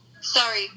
Sorry